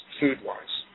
food-wise